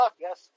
yes